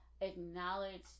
acknowledge